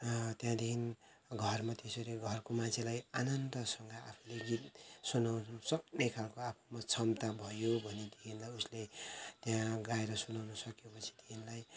त्यहाँदेखि घरमा त्यसरी घरको मान्छेलाई आनन्दसँग आफुले गीत सुनाउनु सक्ने खालको आफ्नो क्षमता भयो भनेदेखिलाई उसले त्यहाँ गाएर सुनाउनु सकेपछि त्यसलाई